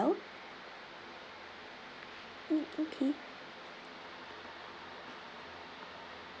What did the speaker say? ~ell mm okay